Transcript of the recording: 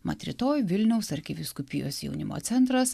mat rytoj vilniaus arkivyskupijos jaunimo centras